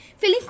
feliz